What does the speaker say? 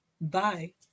Bye